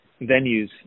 venues